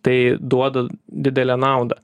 tai duoda didelę naudą